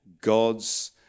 god's